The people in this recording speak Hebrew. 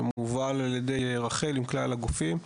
שמובל על ידי רח"ל עם כלל הגופים.